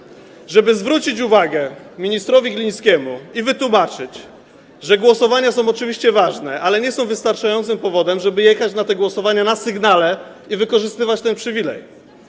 Chodzi o to, żeby zwrócić uwagę ministrowi Glińskiemu i wytłumaczyć, że głosowania są oczywiście ważne, ale nie są wystarczającym powodem, żeby na te głosowania jechać na sygnale i wykorzystywać ten przywilej.